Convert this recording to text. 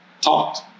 talked